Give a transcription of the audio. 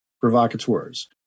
provocateurs